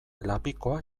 lapikoa